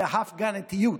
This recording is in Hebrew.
בטוחים יותר,